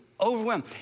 overwhelmed